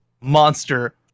monster